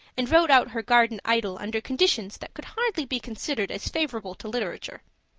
and wrote out her garden idyl under conditions that could hardly be considered as favorable to literature.